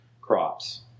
crops